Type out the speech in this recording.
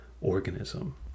organism